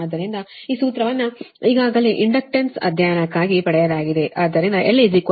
ಆದ್ದರಿಂದ ಈ ಸೂತ್ರವನ್ನು ಈಗಾಗಲೇ ಇಂಡಕ್ಟನ್ಸ್ ಅಧ್ಯಾಯಕ್ಕಾಗಿ ಪಡೆಯಲಾಗಿದೆ